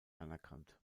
anerkannt